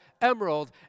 emerald